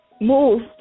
move